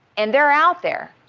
and they're out there.